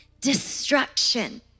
destruction